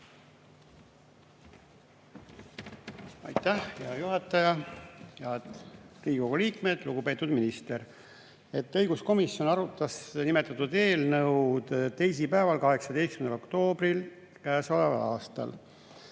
Aitäh, hea juhataja! Head Riigikogu liikmed! Lugupeetud minister! Õiguskomisjon arutas nimetatud eelnõu teisipäeval, 18. oktoobril käesoleval aastal.